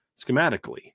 schematically